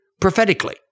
prophetically